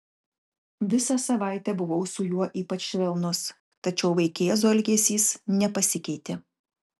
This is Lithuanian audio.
visą savaitę buvau su juo ypač švelnus tačiau vaikėzo elgesys nepasikeitė